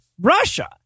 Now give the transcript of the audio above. Russia